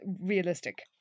realistic